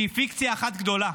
שהיא פיקציה אחת גדולה,